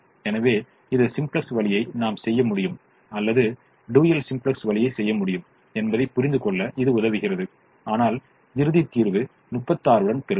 எனவே இது சிம்ப்ளக்ஸ் வழியை நாம் செய்ய முடியும் அல்லது டூயல் சிம்ப்ளக்ஸ் வழியைச் செய்ய முடியும் என்பதைப் புரிந்துகொள்ள இது உதவுகிறது ஆனால் இறுதி தீர்வை 36 உடன் பெறுவோம்